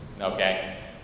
okay